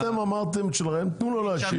אתם אמרתם את שלכם, תנו לו להשיב.